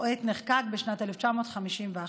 עת נחקק בשנת 1951,